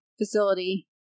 Facility